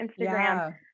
Instagram